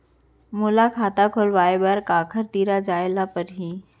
मोला खाता खोलवाय बर काखर तिरा जाय ल परही?